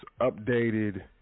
updated